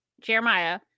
Jeremiah